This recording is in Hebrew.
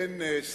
אורית זוארץ.